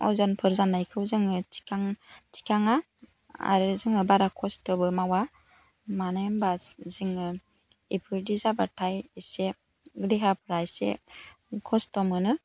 अजनफोर जानायखौ जोङो थिखाङा आरो जोङो बारा खस्थ'बो मावा मानो होनबा जोङो एफोरबायदि जाबाथाय एसे देहाफ्रा एसे खस्थ' मोनो